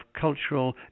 cultural